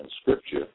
Scripture